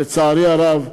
לצערי הרב,